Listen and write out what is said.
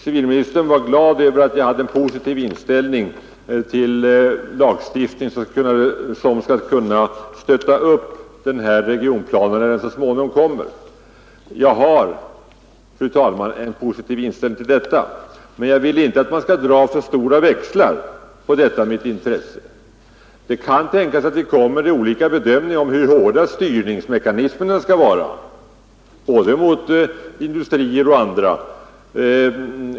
Civilministern var glad över att jag hade en positiv inställning till en lagstiftning som skall kunna stötta upp riksplanen när den så småningom kommer. Jag har, fru talman, en positiv inställning till detta, men jag vill inte att man skall dra för stora växlar på detta. Det kan tänkas att vi stannar vid olika bedömningar av hur hårda styrningsmekanismerna skall vara både i fråga om industrier och andra intressen.